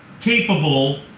capable